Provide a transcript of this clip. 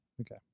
Okay